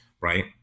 right